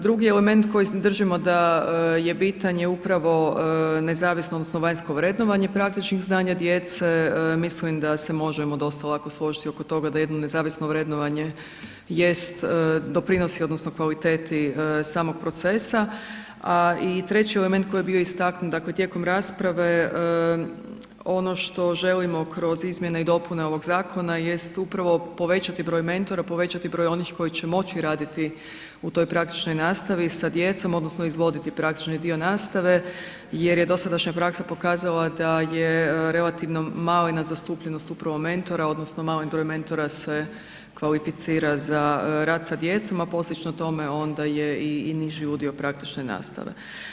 Drugi element koji držimo da je bitan je upravo nezavisno odnosno vanjsko vrednovanje praktičnih znanja djece, mislim da se možemo dosta lako složiti oko toga da jedno nezavisno vrednovanje jest doprinosi odnosno kvaliteti samog procesa a i treći element koji je bio istaknut, dakle tijekom rasprave, ono što želimo kroz izmjene i dopune ovoga zakona jest upravo povećati broj mentora, povećati broj onih koji će moći raditi u toj praktičnoj nastavi, sa djecom odnosno izvoditi praktični dio nastave jer je dosadašnja praksa pokazala da je relativno malena zastupljenost upravo mentora odnosno mali broj mentora se kvalificira za rad sa djecom a posljedično tome onda je i niži udio praktične nastave.